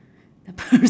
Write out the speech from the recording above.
the per~